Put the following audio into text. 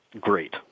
great